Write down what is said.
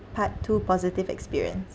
part two positive experience